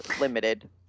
limited